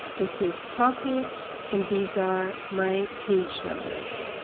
this is topic, and these are my page numbers.